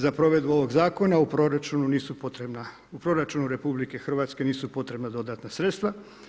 Za provedbu ovog zakona, u proračunu nisu potreba, u proračunu RH, nisu potrebna dodatna sredstva.